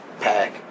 pack